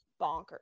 bonkers